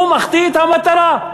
מחטיא את המטרה.